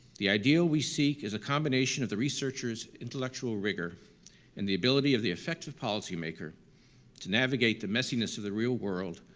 the ideal we seek is a combination of the researcher's intellectual intellectual rigor and the ability of the effective policymaker to navigate the messiness of the real world,